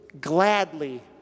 gladly